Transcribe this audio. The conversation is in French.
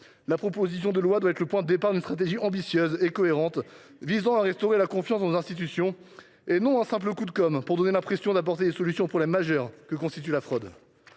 La proposition de loi doit être le point de départ d’une stratégie ambitieuse et cohérente visant à restaurer la confiance dans nos institutions et non un simple coup de com’ destiné à donner l’impression que l’on apporte des solutions au problème majeur que constitue la fraude.